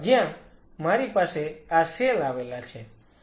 જ્યાં મારી પાસે આ સેલ આવેલા છે